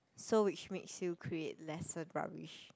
so which makes you create lesser rubbish